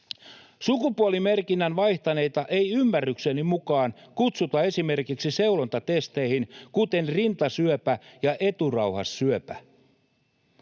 Sukupuolimerkinnän vaihtaneita ei ymmärrykseni mukaan kutsuta esimerkiksi seulontatesteihin, kuten rintasyöpä ja eturauhassyöpä.